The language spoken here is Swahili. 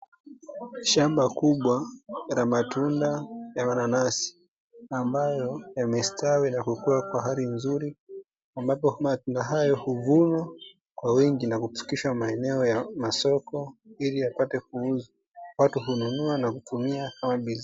Shamba kubwa la matunda ya mananasi, ambayo yamestawi na kukua kwa hali nzuri. Ambapo matunda hayo huvunwa kwa wingi na kufikisha maeneo ya masoko, ili yapate kuuzwa. Watu kununua nakutumia kama bidhaa.